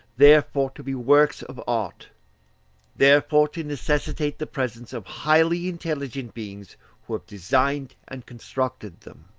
therefore to be works of art therefore to necessitate the presence of highly intelligent beings who have designed and constructed them.